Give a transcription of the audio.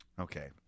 Okay